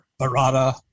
Barada